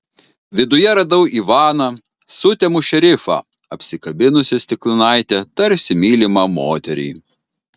viduje radau ivaną sutemų šerifą apsikabinusį stiklinaitę tarsi mylimą moterį